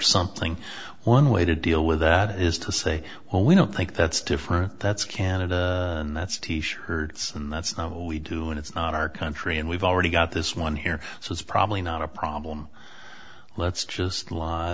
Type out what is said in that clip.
something one way to deal with that is to say well we don't think that's different that's canada that's t shirts and that's not what we do and it's not our country and we've already got this one here so it's probably not a problem let's just lie